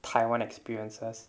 taiwan experiences